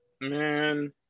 Man